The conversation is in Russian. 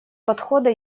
подхода